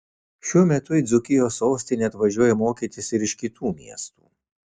šiuo metu į dzūkijos sostinę atvažiuoja mokytis ir iš kitų miestų